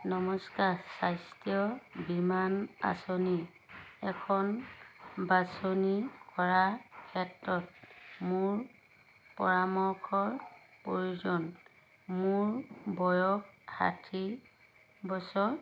নমস্কাৰ স্বাস্থ্য বীমা আঁচনি এখন বাছনি কৰাৰ ক্ষেত্ৰত মোক পৰামৰ্শৰ প্ৰয়োজন মোৰ বয়স ষাঠি বছৰ